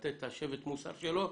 הזה.